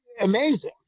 amazing